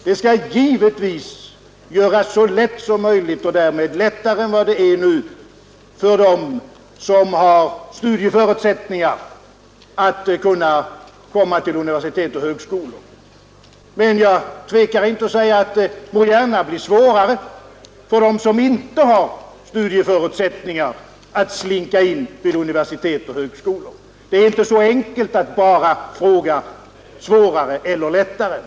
Det skall givetvis göras så lätt som möjligt — och därmed lättare än vad det nu är — för dem som har studieförutsättningar att vinna tillträde till universitet och högskolor. Men jag tvekar inte att säga att det gärna får bli svårare för dem som inte har studieförutsättningar att slinka in vid universitet och högskolor. Det är inte så enkelt att bara fråga om det skall bli svårare eller lättare.